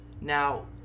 Now